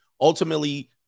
Ultimately